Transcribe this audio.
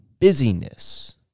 busyness